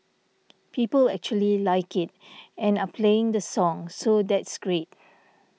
people actually like it and are playing the song so that's great